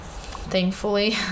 thankfully